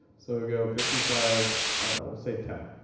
so we'll go fifty five i don't know, we'll say ten.